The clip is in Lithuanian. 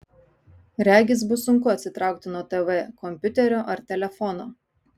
regis bus sunku atsitraukti nuo tv kompiuterio ar telefono